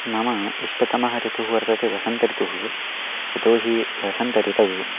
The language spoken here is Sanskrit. मम इष्टतमः ऋतुः वर्तते वसन्त ऋतुः यतो हि वसन्तर्तौ